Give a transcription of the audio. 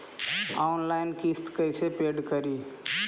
Online किस्त कैसे paid करि?